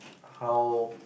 how